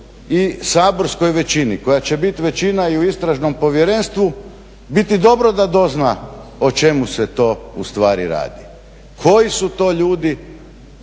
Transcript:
i saborskoj većini koja će biti većina i u Istražnom povjerenstvu biti dobro da dozna o čemu se to ustvari radi, koji su to ljudi,